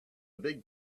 big